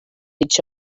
each